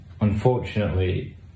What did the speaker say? unfortunately